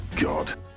God